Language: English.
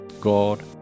God